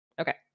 Okay